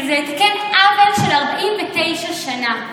זה לתקן עוול של 49 שנה.